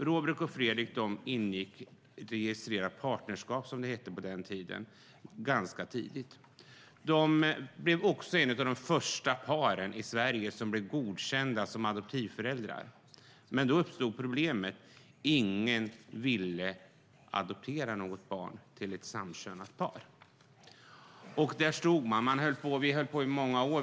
Robert och Fredrik ingick registrerat partnerskap, som det hette på den tiden - det var ganska tidigt - och de blev ett av de första paren i Sverige som godkändes som adoptivföräldrar. Men då uppstod problemet att ingen ville adoptera barn till ett samkönat par. Där stod vi. Vi höll på i många år.